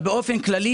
אבל באופן כללי,